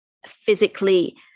physically